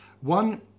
One